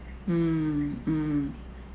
mm mm